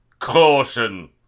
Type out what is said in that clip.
CAUTION